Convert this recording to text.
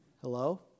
Hello